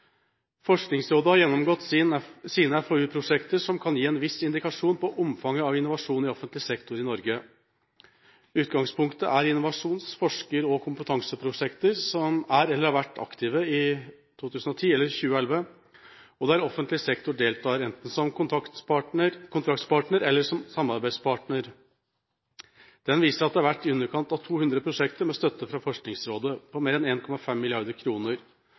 Forskningsrådet har gjennomgått sine FoU-prosjekter, som kan gi en viss indikasjon på omfanget av innovasjon i offentlig sektor i Norge. Utgangspunktet er innovasjons-, forsker- og kompetanseprosjekter som er, eller har vært, aktive i 2010 eller 2011, og der offentlig sektor deltar enten som kontraktspartner eller som samarbeidspartner. Gjennomgangen viser at det har vært i underkant av 200 prosjekter med en støtte fra Forskningsrådet på mer enn 1,5 mrd. kr. Prosjektene har en